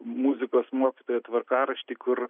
muzikos mokytoja tvarkarašty kur